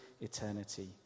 eternity